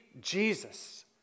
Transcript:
Jesus